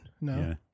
no